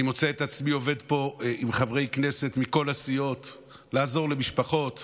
אני מוצא את עצמי עובד פה עם חברי כנסת מכל הסיעות לעזור למשפחות,